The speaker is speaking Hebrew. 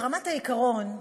ברמת העיקרון,